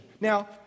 Now